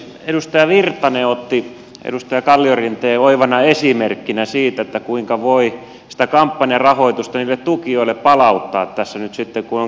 edustaja virtanen otti edustaja kalliorinteen oivana esimerkkinä siitä kuinka voi sitä kampanjarahoitusta niille tukijoille palauttaa tässä nyt sitten kun on kansanedustajaksi valittu